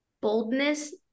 boldness